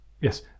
Yes